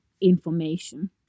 information